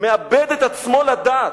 מאבד את עצמו לדעת,